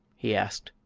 he asked.